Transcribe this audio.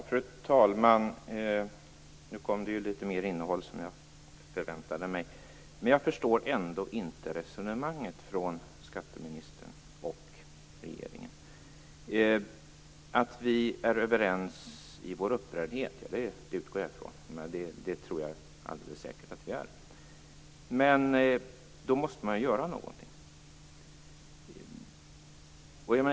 Fru talman! Nu kom litet mer innehåll, som jag förväntade mig. Men jag förstår ändå inte skatteministerns och regeringens resonemang. Att vi är överens i vår upprördhet utgår jag från, det tror jag alldeles säkert att vi är. Men då måste man göra någonting.